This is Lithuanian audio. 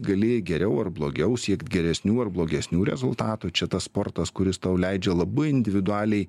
gali geriau ar blogiau siekt geresnių ar blogesnių rezultatų čia tas sportas kuris tau leidžia labai individualiai